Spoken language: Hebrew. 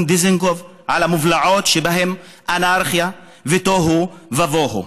דיזנגוף על המובלעות שבהן אנרכיה ותוהו ובוהו.